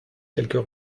quelques